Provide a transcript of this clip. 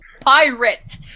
Pirate